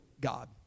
god